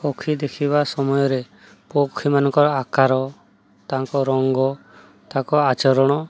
ପକ୍ଷୀ ଦେଖିବା ସମୟରେ ପକ୍ଷୀମାନଙ୍କର ଆକାର ତାଙ୍କ ରଙ୍ଗ ତାଙ୍କ ଆଚରଣ